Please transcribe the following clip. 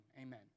amen